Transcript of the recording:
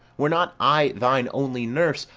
were not i thine only nurse,